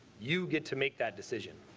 you get to make that decision.